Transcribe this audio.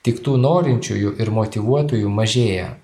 tik tų norinčiųjų ir motyvuotųjų mažėja